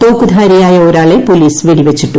തോക്ക്ധാരിയായ ഒരാളെ പോലീസ് വെടിവച്ചിട്ടു